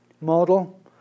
model